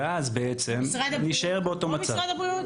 ואז בעצם נישאר באותו מצב.